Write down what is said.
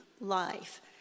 life